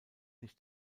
nicht